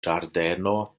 ĝardeno